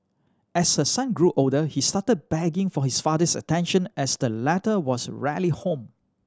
as her son grew older he started begging for his father's attention as the latter was rarely home